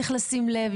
צריך לשים לב.